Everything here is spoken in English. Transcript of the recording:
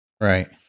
Right